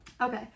Okay